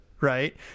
right